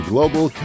Global